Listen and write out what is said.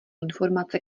informace